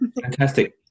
Fantastic